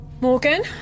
Morgan